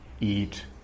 eat